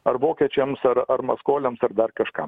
ar vokiečiams ar ar maskoliams ar dar kažkam